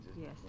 Yes